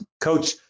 Coach